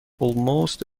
almost